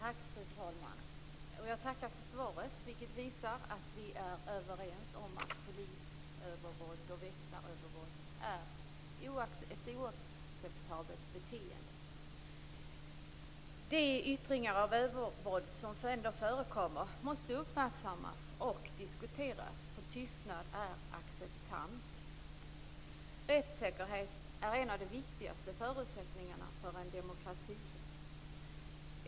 Fru talman! Jag tackar för svaret, vilket visar att vi är överens om att polisövervåld och väktarövervåld är ett oacceptabelt beteende. De yttringar av övervåld som ändå förekommer måste uppmärksammas och diskuteras - tystnad är acceptans. Rättssäkerhet är en av de viktigaste förutsättningarna för en demokrati.